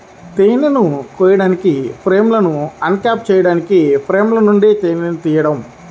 తేనెను కోయడానికి, ఫ్రేమ్లను అన్క్యాప్ చేయడానికి ఫ్రేమ్ల నుండి తేనెను తీయడం